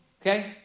Okay